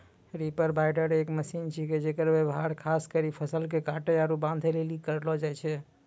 reaper binder एक machine छिकै जेकर व्यवहार खास करी फसल के काटै आरू बांधै लेली करलो जाय छै